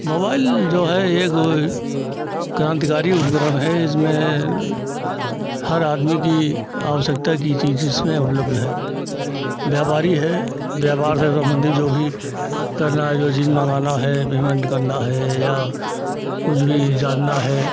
mobile जो है एक वह क्रांतिकारी उपकरण है जिसने हर आदमी की आवश्यकता की चीज़ इसमें उपलब्ध है व्यापारी है व्यापर से संबंधित जो भी करना है जो चीज़ मँगवाना है पेमेन्ट करना है या कुछ भी जानना है